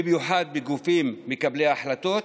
במיוחד בגופים מקבלי החלטות,